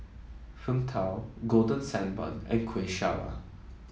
Png Tao Golden Sand Bun and Kuih Syara